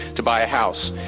to buy a house.